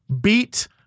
beat